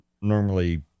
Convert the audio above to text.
normally